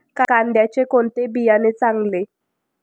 कांद्याचे कोणते बियाणे चांगले?